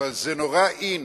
אבל זה נורא in,